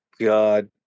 God